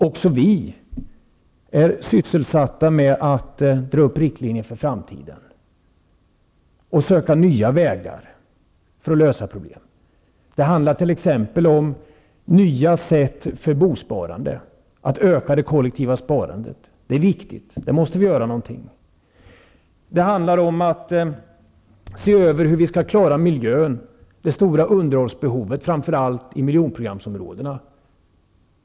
Också vi är sysselsatta med att dra upp riktlinjer för framtiden och söka nya vägar för att lösa problemen. Det handlar t.ex. om nya former för bostadssparandet. Att öka det kollektiva sparandet är viktigt, och där måste vi göra någonting. Det handlar om att se över hur vi skall klara miljön och det stora underhållsbehovet, framför allt i miljonprogramsområdena.